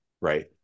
right